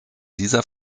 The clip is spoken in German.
dieser